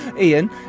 Ian